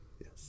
Yes